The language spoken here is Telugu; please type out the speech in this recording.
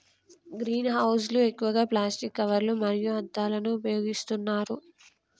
గ్రీన్ హౌస్ లు ఎక్కువగా ప్లాస్టిక్ కవర్లు మరియు అద్దాలను ఉపయోగిస్తున్నారు